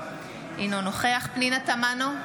אינו נוכח פנינה תמנו,